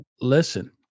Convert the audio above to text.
Listen